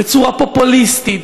בצורה פופוליסטית,